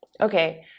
Okay